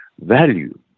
value